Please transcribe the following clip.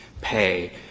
pay